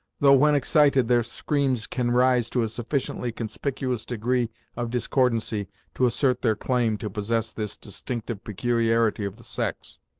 though, when excited, their screams can rise to a sufficiently conspicuous degree of discordancy to assert their claim to possess this distinctive peculiarity of the sex.